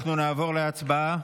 אנחנו נעבור להצבעה.